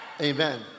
Amen